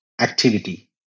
activity